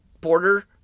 border